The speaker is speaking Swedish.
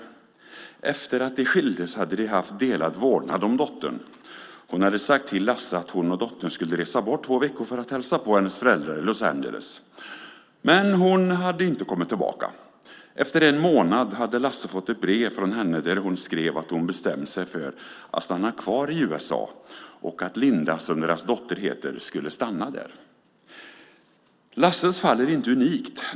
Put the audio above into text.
Efter att de skildes hade de delad vårdnad om dottern. Den före detta frun hade sagt till Lasse att hon och dottern skulle resa bort två veckor för att hälsa på hennes föräldrar i Los Angeles. Men hon hade inte kommit tillbaka. Efter en månad hade Lasse fått ett brev från henne där hon skrev att hon bestämt sig för att stanna kvar i USA och att Linda, som deras dotter heter, skulle stanna där. Lasses fall är inte unikt.